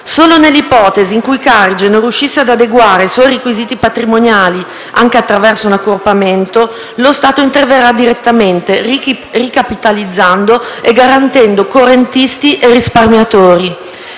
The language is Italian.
Solo nell'ipotesi in cui Banca Carige non riuscisse ad adeguare i suoi requisiti patrimoniali, anche attraverso un accorpamento, lo Stato interverrà direttamente ricapitalizzando e garantendo correntisti e risparmiatori.